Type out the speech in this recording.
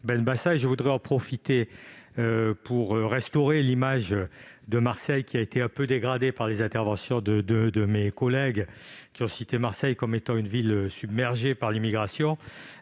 Je voudrais en profiter pour restaurer l'image de Marseille, qui a été un peu dégradée par les interventions de deux de mes collègues. Ils l'ont citée comme étant une ville submergée par l'immigration.